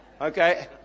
Okay